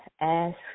ask